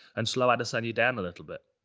and slow adesanya down a little bit.